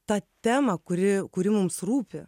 tą temą kuri kuri mums rūpi